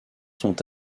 sont